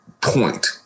point